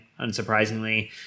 unsurprisingly